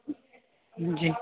جی